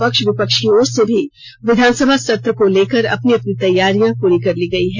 पक्ष विपक्ष की ओर से भी विधानसभा सत्र को लेकर अपनी अपनी तैयारियां पूरी कर ली गयी है